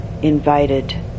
invited